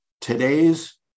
today's